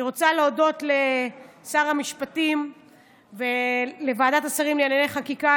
אני רוצה להודות לשר המשפטים ולוועדת השרים לענייני חקיקה.